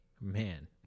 Man